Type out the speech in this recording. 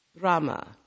Rama